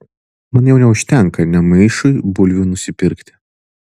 man jau neužtenka nė maišui bulvių nusipirkti